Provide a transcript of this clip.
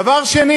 דבר שני,